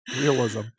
Realism